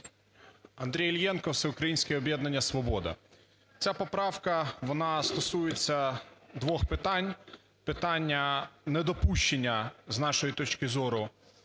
Андрій Іллєнко, Всеукраїнське об'єднання "Свобода". Ця поправка, вона стосується двох питань – питання недопущення, з нашої точки зору,